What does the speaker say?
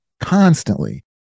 constantly